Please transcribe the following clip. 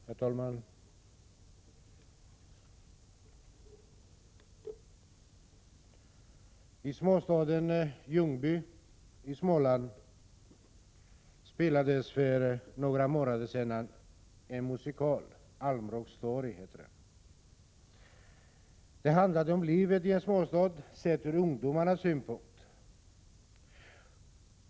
Herr talman! I småstaden Ljungby i Småland spelades för några månader sedan en musikal, Alm Rock Story. Den handlade om livet i en småstad sett från ungdomarnas synpunkt.